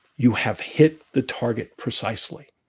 you have hit the target precisely.